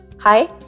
Hi